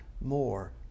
more